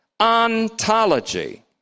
ontology